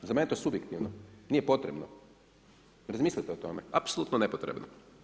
Za mene je to subjektivno, nije potrebno, razmislite o tome, apsolutno nepotrebno.